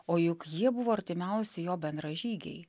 o juk jie buvo artimiausi jo bendražygiai